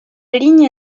ligne